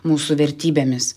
mūsų vertybėmis